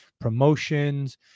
promotions